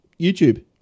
YouTube